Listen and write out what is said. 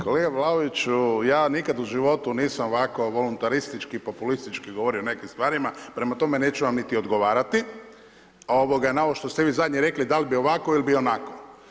Kolega Vlaoviću, ja nikad u životu nisam ovako voluntaristički, populistički govorio o nekim stvarima, prema tome, neću vam niti odgovarati, na ovo što ste vi zadnje rekli, dal bi ovako ili bi onako.